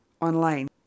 online